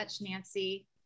Nancy